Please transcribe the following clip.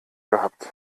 gehabt